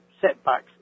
setbacks